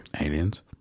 Aliens